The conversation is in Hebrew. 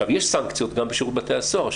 יש סנקציות גם בשירות בתי הסוהר,